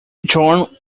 john